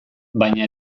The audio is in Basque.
baina